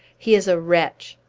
he is a wretch!